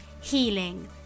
healing